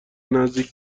نزدیک